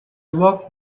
walked